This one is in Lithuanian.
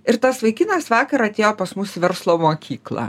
ir tas vaikinas vakar atėjo pas mus į verslo mokyklą